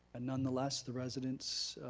and none-the-less the residents,